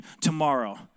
tomorrow